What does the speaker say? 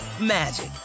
magic